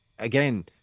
Again